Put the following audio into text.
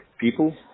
people